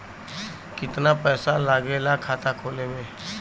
कितना पैसा लागेला खाता खोले में?